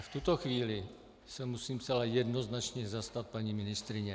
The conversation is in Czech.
Ale v tuto chvíli se musím zcela jednoznačně zastat paní ministryně.